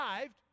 arrived